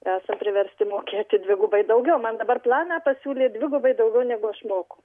esam priversti mokėti dvigubai daugiau man dabar planą pasiūlė dvigubai daugiau negu aš moku